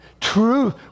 Truth